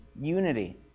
unity